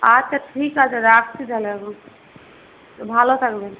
আচ্ছা ঠিক আছে রাখছি তাহলে ভালো থাকবেন